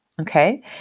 Okay